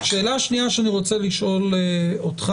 שאלה שנייה שאני רוצה לשאול אותך.